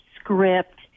script